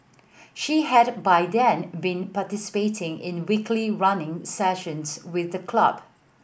she had by then been participating in weekly running sessions with the club